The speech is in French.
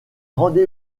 rendez